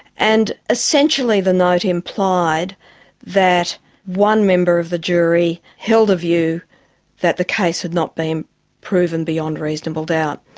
and essentially the note implied that one member of the jury held a view that the case had not been proven beyond reasonable doubt,